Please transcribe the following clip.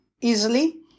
easily